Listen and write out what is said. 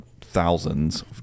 thousands